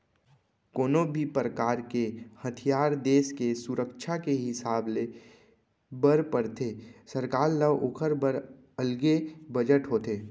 कोनो भी परकार के हथियार देस के सुरक्छा के हिसाब ले ले बर परथे सरकार ल ओखर बर अलगे बजट होथे